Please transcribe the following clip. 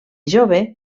jove